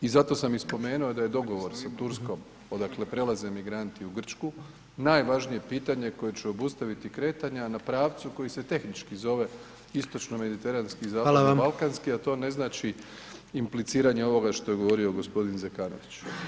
I zato sam i spomenuo da je dogovor s Turskom odakle prelaze migranti u Grčku najvažnije pitanje koje će obustaviti kretanja na pravcu koji se tehnički zove istočno-mediteranski i zapadno-balkanski, a to ne znači impliciranje ovoga što je govorio gospodin Zekanović.